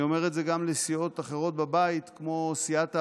אני אומר את זה גם לסיעות אחרות בבית כמו סיעת העבודה,